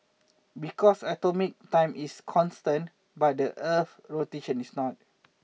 because atomic time is constant but the earth's rotation is not